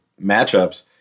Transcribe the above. matchups